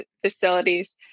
facilities